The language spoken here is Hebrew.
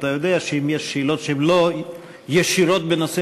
אתה יודע שאם יש שאלות שהן לא ישירות בנושא